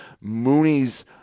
Mooney's